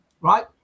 right